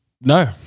No